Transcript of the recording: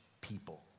people